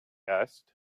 asked